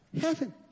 Heaven